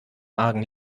argen